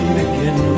begin